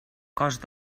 cost